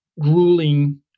grueling